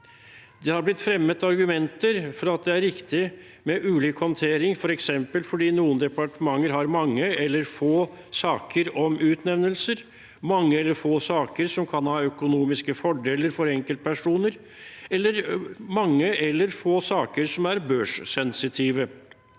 Det har blitt fremmet argumenter for at det er riktig med ulik håndtering, f.eks. fordi noen departementer har mange eller få saker om utnevnelser, mange eller få saker som kan ha økonomiske fordeler for enkeltpersoner, eller mange eller få saker som er børssensitive.